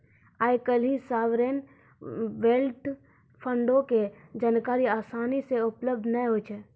आइ काल्हि sovereign wealth फंडो के जानकारी असानी से उपलब्ध नै होय छै